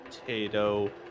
Potato